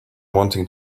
wanting